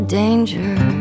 danger